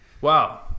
Wow